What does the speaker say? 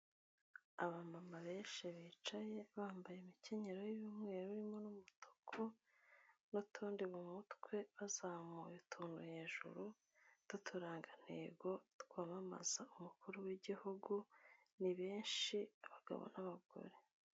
Abamama benshi bicaye bambaye imikenyero y'umweru irimo n'umutuku, n'utundi mu mutwe, bazamuye utuntu hejuru, tw'uturangantego twamamaza umukuru w'igihugu, ni benshi, abagabo n'abagore.